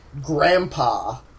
Grandpa